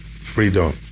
Freedom